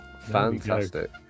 fantastic